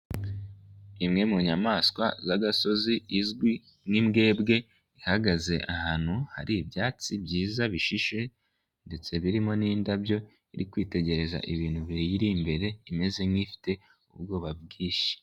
Imwe mu nyamaswa z'agasozi izwi nk'imbwebwe ihagaze ahantu hari ibyatsi byiza bishishe ndetse birimo n'indabyo iri kwitegereza ibintu biyiri imbere imeze nk'ifite ubwoba bwinshi.